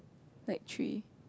like three